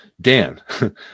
Dan